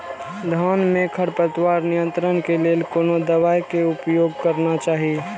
धान में खरपतवार नियंत्रण के लेल कोनो दवाई के उपयोग करना चाही?